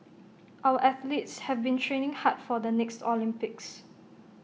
our athletes have been training hard for the next Olympics